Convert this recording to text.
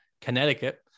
Connecticut